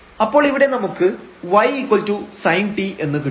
അപ്പോൾ ഇവിടെ നമുക്ക് ysin t എന്ന് കിട്ടും